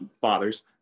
fathers